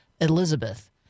Elizabeth